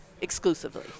exclusively